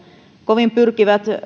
kovin pyrkivät